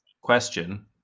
question